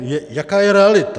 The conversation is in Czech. No jaká je realita?